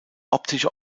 optische